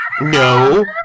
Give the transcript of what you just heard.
No